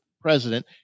president